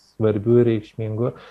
svarbių ir reikšmingų